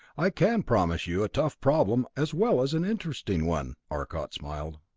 i can promise you a tough problem as well as an interesting one. arcot smiled.